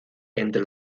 entre